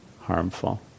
harmful